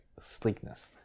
sleekness